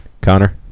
Connor